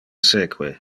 seque